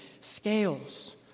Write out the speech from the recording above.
Scales